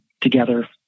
together